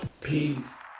peace